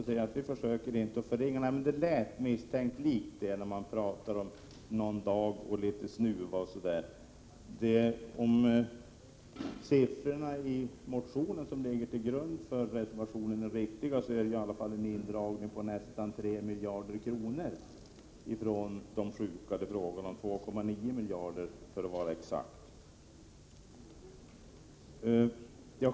Nej, det är möjligt, men det lät misstänkt likt något sådant när hon talade om någon enstaka dag och litet snuva. Om siffrorna i motionen som ligger till grund för reservationen är riktiga, är det i alla fall en fråga om en indragning från de sjuka på nästan 3 miljarder kronor — 2,9 miljarder för att vara exakt.